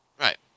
right